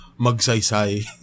Magsaysay